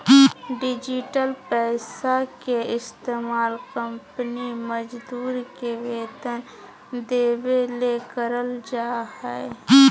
digital पैसा के इस्तमाल कंपनी मजदूर के वेतन देबे ले करल जा हइ